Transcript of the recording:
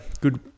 good